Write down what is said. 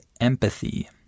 empathy